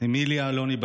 אמיליה אלוני,